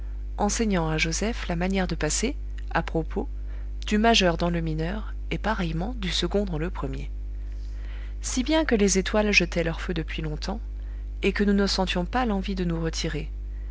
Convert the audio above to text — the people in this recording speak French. enseignant à joseph la manière de passer à propos du majeur dans le mineur et pareillement du second dans le premier si bien que les étoiles jetaient leur feu depuis longtemps et que nous ne sentions pas l'envie de nous retirer